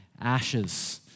ashes